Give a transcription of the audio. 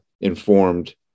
informed